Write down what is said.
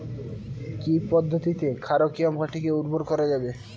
কি পদ্ধতিতে ক্ষারকীয় মাটিকে উর্বর করা যাবে?